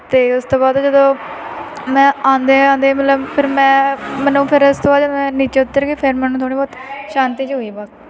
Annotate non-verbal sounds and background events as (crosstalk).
ਅਤੇ ਉਸ ਤੋਂ ਬਾਅਦ ਜਦੋਂ ਮੈਂ ਆਉਂਦੇ ਆਉਂਦੇ ਮਤਲਬ ਫਿਰ ਮੈਂ ਮੈਨੂੰ ਫਿਰ ਇਸ ਤੋਂ ਬਾਅਦ ਜਦ ਮੈਂ ਨੀਚੇ ਉੱਤਰ ਗਈ ਫਿਰ ਮੈਨੂੰ ਥੋੜ੍ਹੀ ਬਹੁਤ ਸ਼ਾਂਤੀ ਜੀ ਹੋਈ (unintelligible)